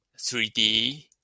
3D